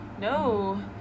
No